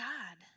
God